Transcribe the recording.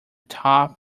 top